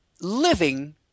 living